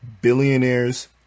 Billionaires